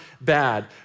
bad